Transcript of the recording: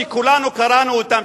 שכולנו קראנו אותן,